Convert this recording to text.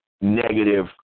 negative